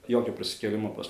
jokio prisikėlimo pas